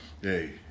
Hey